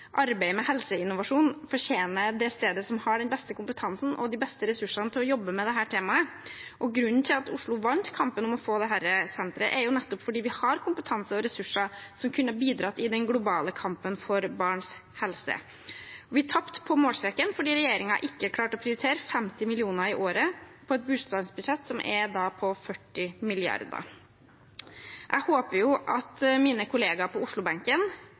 arbeidet med helseinnovasjon fortjener det stedet som har den beste kompetansen og de beste ressursene til å jobbe med dette temaet. Grunnen til at Oslo vant kampen om å få dette senteret, er nettopp at vi har kompetanse og ressurser som kunne ha bidratt i den globale kampen for barns helse. Vi tapte på målstreken fordi regjeringen ikke klarte å prioritere 50 mill. kr i året i et bistandsbudsjett som er på 40 mrd. kr. Jeg håper at alle kollegaene mine på